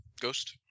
Ghost